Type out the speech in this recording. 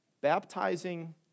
baptizing